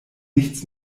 nichts